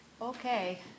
Okay